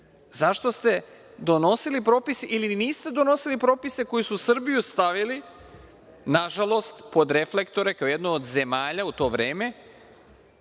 Zašto ste donosili propise ili niste donosili propise koji su Srbiju stavili, nažalost, pod reflektore kao jednu od zemalja u to vreme